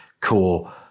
core